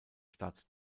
stadt